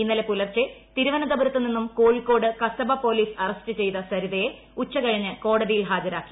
ഇന്നലെ പുലർച്ചെ തിരുവനന്തപുരത്തു നിന്നും കോഴിക്കോട് കസബ പോലീസ് അറസ്റ്റ് ചെയ്ത സരിതയെ ഉച്ച കഴിഞ്ഞ് കോടതിയിൽ ഹാജരാക്കി